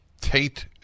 Tate